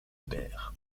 père